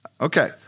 Okay